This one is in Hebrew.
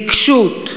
בעיקשות.